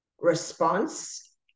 response